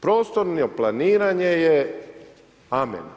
Prostorno planiranje je amen.